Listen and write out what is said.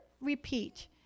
repeat